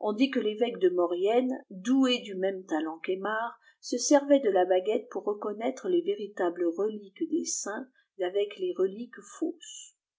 on dit que l'évêque de morienne doué du même talent qu'aymar se servait de la baguette pour reconnaître les véritables reliques des saints d'avec les reliques fausses